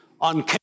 on